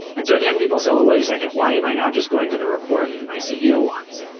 and so again, people so are, wait a second. why am i not just going to the report that my ceo wants?